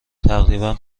تقریبا